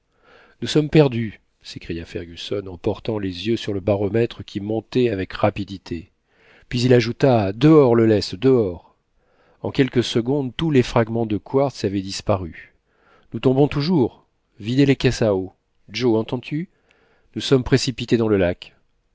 nous sommes perdus s'écria fergusson en portant les yeux sur le baromètre qui montait avec rapidité puis il ajouta dehors le lest dehors en quelques secondes tous les fragments de quartz avaient disparu nous tombons toujours videz les caisses à eau joe entends-tu nous sommes précipités dans le lac